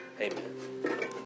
Amen